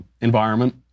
environment